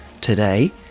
today